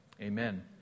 Amen